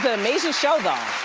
amazing show, though.